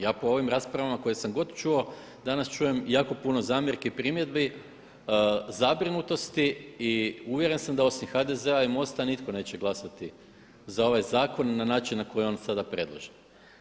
Ja po ovim raspravama koje sam god čuo danas čujem jako puno zamjerki i primjedbi i zabrinutosti i uvjeren sam da osim HDZ-a i MOST-a nitko neće glasati za ovaj zakon na način na koji je on sada predložen.